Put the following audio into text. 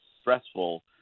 stressful